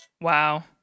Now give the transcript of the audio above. Wow